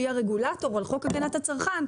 שהיא הרגולטור על חוק הגנת הצרכן,